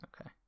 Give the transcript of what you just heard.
Okay